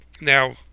Now